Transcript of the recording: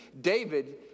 David